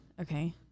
Okay